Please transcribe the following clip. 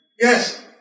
Yes